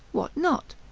what not?